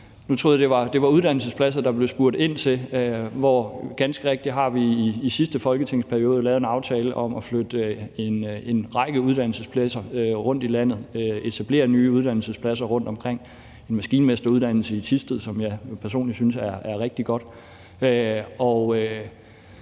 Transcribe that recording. Nu troede jeg, det var uddannelsespladser, der blev spurgt ind til. Det er ganske rigtigt, at vi jo i sidste folketingsperiode har lavet en aftale om at flytte en række uddannelsespladser rundt i landet, etablere nye uddannelsespladser rundtomkring, f.eks. en maskinmesteruddannelse i Thisted, som jeg personligt synes er rigtig godt.